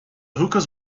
hookahs